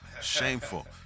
shameful